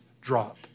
drop